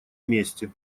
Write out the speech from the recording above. месте